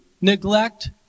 neglect